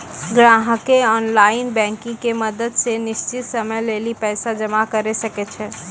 ग्राहकें online banking के मदत से निश्चित समय लेली पैसा जमा करै सकै छै